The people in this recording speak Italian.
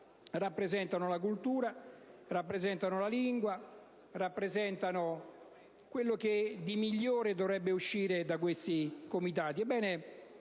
rappresentando la cultura, la lingua e quanto di meglio dovrebbe uscire da questi comitati.